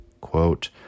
quote